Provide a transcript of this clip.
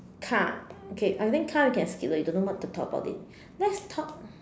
car okay I think car we can skip later don't know what to talk about it let's talk